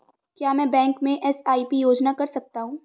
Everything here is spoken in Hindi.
क्या मैं बैंक में एस.आई.पी योजना कर सकता हूँ?